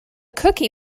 cookie